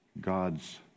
God's